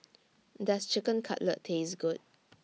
Does Chicken Cutlet Taste Good